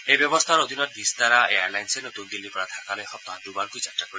এই ব্যৱস্থাৰ অধীনত ভিস্তাৰা এয়াৰলাইন্ছে নতূন দিল্লীৰ পৰা ঢাকালৈ সপ্তাহত দুবাৰকৈ যাত্ৰা কৰিব